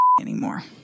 anymore